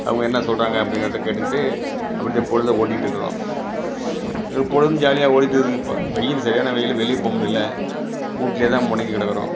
அவங்க என்ன சொல்கிறாங்க அப்படிங்கிறத கேட்டுக்கிட்டு அப்படி தான் பொழுத ஓட்டிட்டுக்கறோம் எப்போழுதும் ஜாலியாக ஓடிட்டுக்குதுங்க இப்போ வெயில் சரியான வெயில் வெளிய போ முடியல வீட்லே தான் முடங்கி கிடக்கறோம்